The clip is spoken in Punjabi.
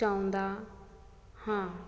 ਚਾਹੁੰਦਾ ਹਾਂ